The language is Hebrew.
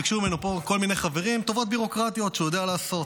ביקשו ממנו כל מיני חברים טובות ביורוקרטיות שהוא יודע לעשות.